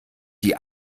die